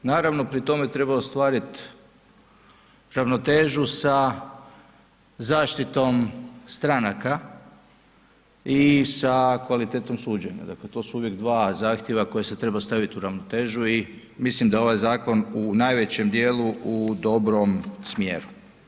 Naravno pri tome treba ostvarit ravnotežu sa zaštitom stranaka i sa kvalitetom suđenja, dakle to su uvijek dva zahtjeva koje se treba stavit u ravnotežu i mislim da je ovaj zakon u najvećem djelu u dobrom smjeru.